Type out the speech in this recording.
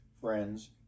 friends